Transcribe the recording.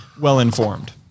well-informed